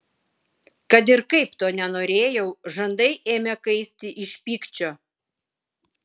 kad ir kaip to nenorėjau žandai ėmė kaisti iš pykčio